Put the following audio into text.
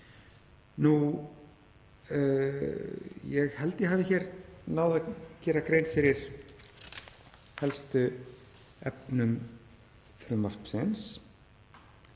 þar. Ég held ég hafi hér náð að gera grein fyrir helstu efnum frumvarpsins.